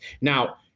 Now